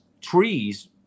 trees